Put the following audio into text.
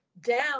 down